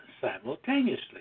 simultaneously